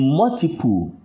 multiple